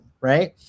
right